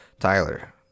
Tyler